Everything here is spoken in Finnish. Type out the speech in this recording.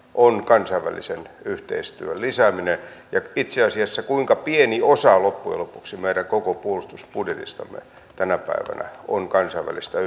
on kansainvälisen yhteistyön lisääminen ja itse asiassa kuinka pieni osa loppujen lopuksi meidän koko puolustusbudjetistamme tänä päivänä on kansainvälistä